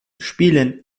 spielen